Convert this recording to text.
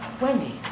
Wendy